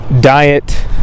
diet